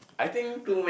I think